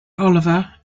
oliver